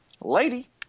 Lady